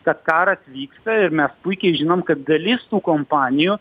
kad karas vyksta ir mes puikiai žinom kad dalis tų kompanijų